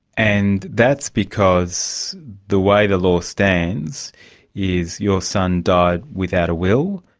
and that's because the way the law stands is your son died without a will,